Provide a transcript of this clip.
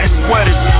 sweaters